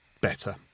better